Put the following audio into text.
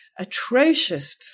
atrocious